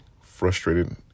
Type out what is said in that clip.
frustrated